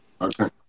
Okay